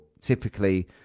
typically